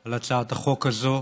על הצעת החוק הזאת,